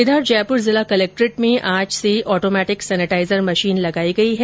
इधर जयपुर जिला कलक्ट्रेट में आज से अहटोमेटिक सेनेटाइजर मशीन लगायी गयी है